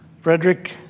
Frederick